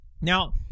Now